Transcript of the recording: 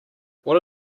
what